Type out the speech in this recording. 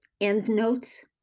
endnotes